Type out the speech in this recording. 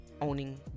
owning